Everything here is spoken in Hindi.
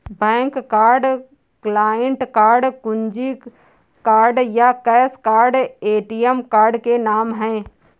बैंक कार्ड, क्लाइंट कार्ड, कुंजी कार्ड या कैश कार्ड ए.टी.एम कार्ड के नाम है